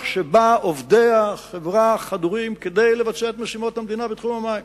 שבה עובדי החברה חדורים כדי לבצע את משימות המדינה בתחום המים.